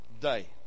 day